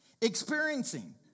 Experiencing